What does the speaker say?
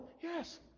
Yes